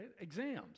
Exams